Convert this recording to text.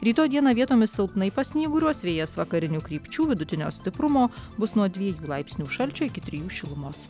rytoj dieną vietomis silpnai pasnyguriuos vėjas vakarinių krypčių vidutinio stiprumo bus nuo dviejų laipsnių šalčio iki trijų šilumos